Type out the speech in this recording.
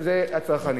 זה הצרכנים.